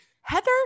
heather